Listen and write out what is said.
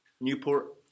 Newport